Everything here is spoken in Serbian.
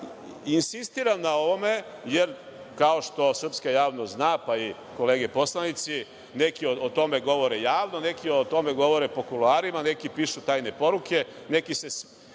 Insistiram na ovome jer kao što srpska javnost zna, pa i kolege poslanici, neki o tome govore javno, neki o tome govore po kuloarima, neki pišu tajne poruke, neki se